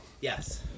Yes